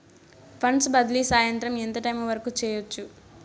funds బదిలీ సాయంత్రం ఎంత టైము వరకు చేయొచ్చు